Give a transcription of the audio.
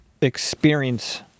experience